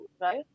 right